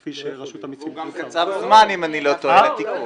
כפי שרשות המסים --- הוא גם קצב זמן אם אני לא טועה לתיקון.